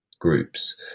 groups